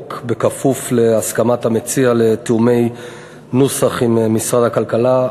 החוק בכפוף להסכמת המציע לתיאומי נוסח עם משרדי הכלכלה,